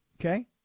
Okay